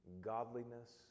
godliness